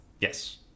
yes